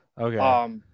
Okay